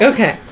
Okay